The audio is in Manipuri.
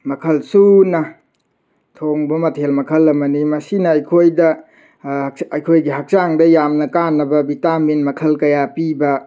ꯃꯈꯜ ꯁꯨꯅ ꯊꯣꯡꯕ ꯃꯊꯦꯜ ꯃꯈꯜ ꯑꯃꯅꯤ ꯃꯁꯤꯅ ꯑꯩꯈꯣꯏꯗ ꯑꯩꯈꯣꯏꯒꯤ ꯍꯛꯆꯥꯡꯗ ꯌꯥꯝꯅ ꯀꯥꯟꯅꯕ ꯚꯤꯇꯥꯃꯤꯟ ꯃꯈꯜ ꯀꯌꯥ ꯄꯤꯕ